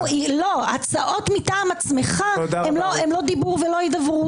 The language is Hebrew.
הצעות מטעם עצמך הן לא דיבור ולא הידברות.